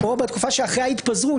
או בתקופה שאחרי ההתפזרות,